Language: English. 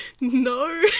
No